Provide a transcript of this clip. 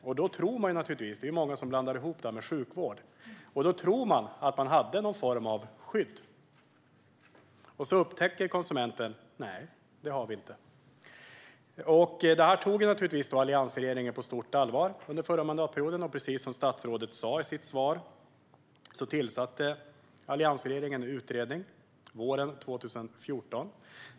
Många konsumenter blandar ihop detta med sjukvård och tror att de har någon form av skydd, men sedan upptäcker de att de inte har det. Alliansregeringen tog detta på stort allvar under förra mandatperioden, och precis som statsrådet sa i sitt svar tillsatte alliansregeringen en utredning våren 2014.